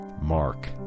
Mark